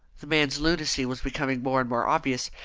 the man's lunacy was becoming more and more obvious,